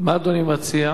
מה אדוני מציע?